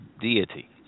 deity